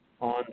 on